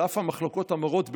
על אף המחלוקות המרות בינינו,